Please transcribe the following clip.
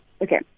Okay